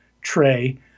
tray